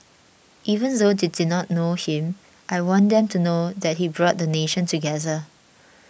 even though they did not know him I want them to know that he brought the nation together